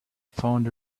found